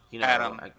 Adam